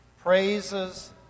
praises